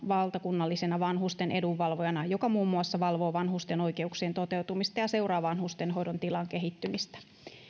valtakunnallisena vanhusten edunvalvojana joka muun muassa valvoo vanhusten oikeuksien toteutumista ja seuraa vanhustenhoidon tilan kehittymistä